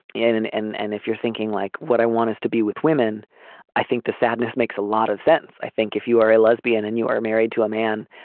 yeah and and and and if you're thinking like what i want is to be with women i think the sadness makes a lot of sense. i think if you are a lesbian and you are married to a man.